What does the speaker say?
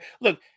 Look